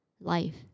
life